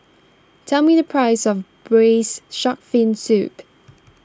tell me the price of Braised Shark Fin Soup